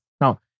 Now